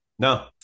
No